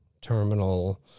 terminal